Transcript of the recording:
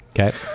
Okay